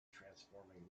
transforming